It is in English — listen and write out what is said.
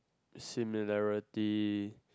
similarity